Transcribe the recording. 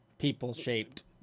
People-shaped